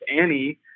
Annie